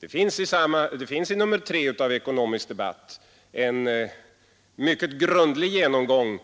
Det finns i nr 3 av Ekonomisk Debatt en mycket grundlig genomgång